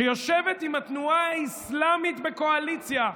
שיושבת עם התנועה האסלאמית בקואליציה,